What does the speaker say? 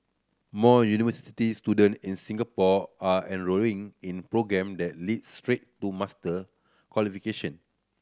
more university student in Singapore are enrolling in programme that lead straight to master qualification